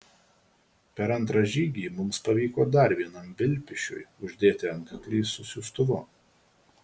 per antrą žygį mums pavyko dar vienam vilpišiui uždėti antkaklį su siųstuvu